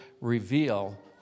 reveal